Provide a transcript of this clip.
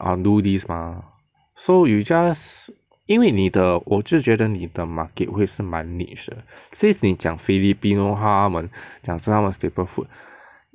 err do this mah so you just 因为你我是觉得你的 market 会是蛮 niche 的 since 你讲 filipino 他们讲是他们 staple food